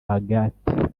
agathe